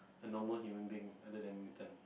a normal human being other than mutant